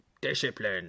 Discipline